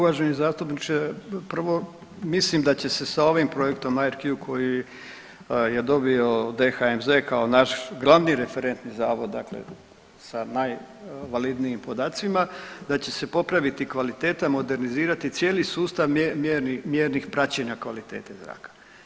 Dakle, uvaženi zastupniče prvo mislim da će se s ovim projektom IRQ koji je dobio DHMZ kao naš glavni referentni zavod dakle sa najvalidnijim podacima, da će se popraviti kvaliteta, modernizirati cijeli sustav mjernih praćenja kvalitete zraka.